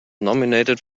nominated